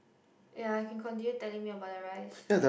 ya you can continue telling me about the rice